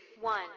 one